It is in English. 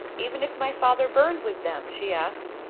even if my father burned with them? she asked.